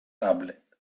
tablet